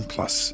Plus